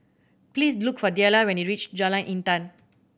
please look for Delila when you reach Jalan Intan